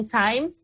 time